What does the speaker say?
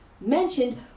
mentioned